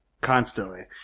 constantly